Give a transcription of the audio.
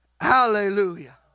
Hallelujah